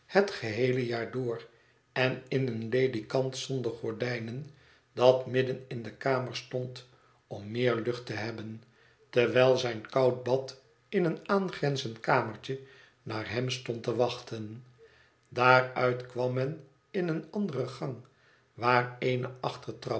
het geheele jaar door en in een ledikant zonder gordijnen dat midden in de kamer stond om meer lucht te hebben terwijl zijn koud bad in een aangrenzend kamertje naar hem stond te wachten daaruit kwam men in een anderen gang waar